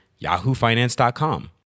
yahoofinance.com